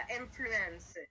influence